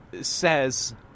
says